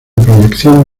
proyección